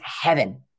heaven